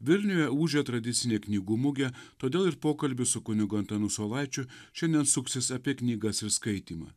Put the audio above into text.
vilniuje ūžia tradicinė knygų mugė todėl ir pokalbis su kunigu antanu saulaičiu šiandien suksis apie knygas ir skaitymą